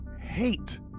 hate